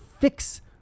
fix